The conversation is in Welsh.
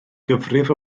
gyfrif